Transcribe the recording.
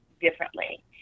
differently